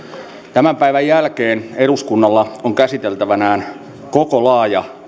tämän päivän jälkeen eduskunnalla on käsiteltävänään koko laaja